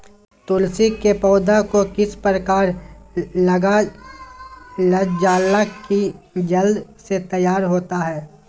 तुलसी के पौधा को किस प्रकार लगालजाला की जल्द से तैयार होता है?